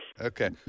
Okay